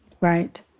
right